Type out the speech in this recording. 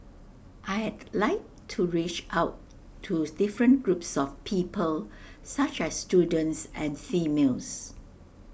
I'd like to reach out to different groups of people such as students and females